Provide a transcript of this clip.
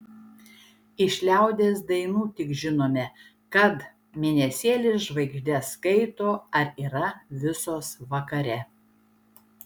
iš liaudies dainų tik žinome kad mėnesėlis žvaigždes skaito ar yra visos vakare